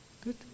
good